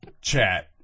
chat